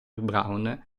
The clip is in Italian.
brown